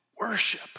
worship